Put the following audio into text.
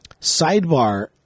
Sidebar